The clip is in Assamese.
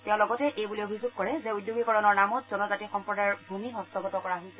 তেওঁ লগতে এই বুলি অভিযোগ কৰে যে উদ্যোগিকৰণৰ নামত জনজাতি সম্প্ৰদায়ৰ ভূমি হস্তাগত কৰা হৈছে